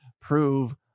prove